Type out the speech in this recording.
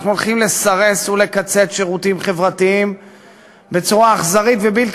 אנחנו הולכים לסרס ולקצץ שירותים חברתיים בצורה אכזרית ובלתי